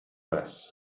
less